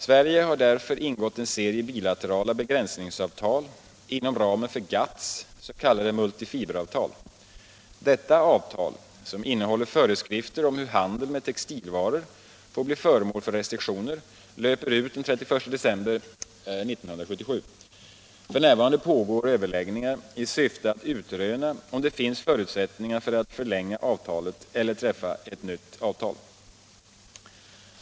Sverige har därför ingått en serie bilaterala begränsningsavtal inom ramen för GATT:s s.k. multifiberavtal. Detta avtal, som innehåller föreskrifter om hur handeln med textilvaror får bli föremål för restriktioner, löper ut den 31 december 1977. F.n. pågår överläggningar i syfte att utröna om det finns förutsättningar för att förlänga avtalet eller träffa ett nytt avtal.